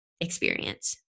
experience